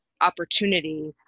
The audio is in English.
opportunity